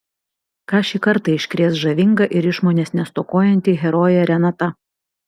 ką šį kartą iškrės žavinga ir išmonės nestokojanti herojė renata